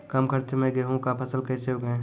कम खर्च मे गेहूँ का फसल कैसे उगाएं?